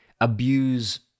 abuse